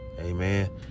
Amen